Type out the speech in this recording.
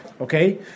okay